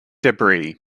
debris